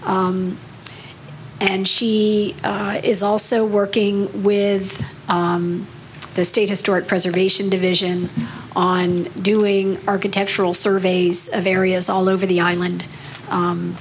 c and she is also working with the state historic preservation division on doing architectural surveys of areas all over the island